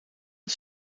het